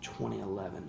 2011